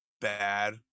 bad